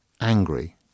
angry